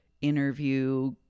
interview